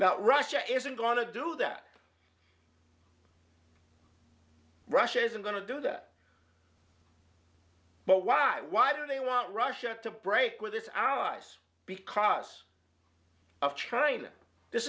not russia isn't going to do that russia isn't going to do that but why why do they want russia to break with us i was because of china this